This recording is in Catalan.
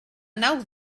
nau